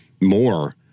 more